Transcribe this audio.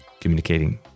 communicating